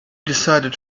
decided